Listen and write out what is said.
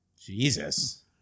Jesus